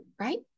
right